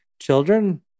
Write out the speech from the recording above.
children